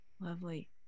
Lovely